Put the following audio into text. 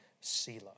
Selah